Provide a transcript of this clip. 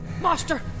Master